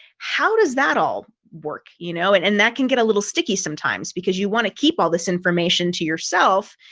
how does that all work, you know, and and that can get a little sticky sometimes, because you want to keep all this information to yourself,